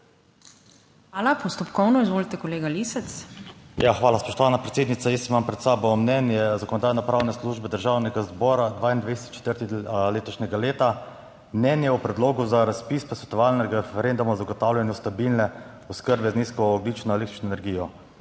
Hvala. Postopkovno, izvolite, kolega Lisec. TOMAŽ LISEC (PS SDS): Ja, hvala, spoštovana predsednica. Jaz imam pred sabo mnenje Zakonodajno-pravne službe Državnega zbora, 22. 4. letošnjega leta, mnenje o predlogu za razpis posvetovalnega referenduma o zagotavljanju stabilne oskrbe z nizko ogljično električno energijo.